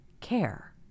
care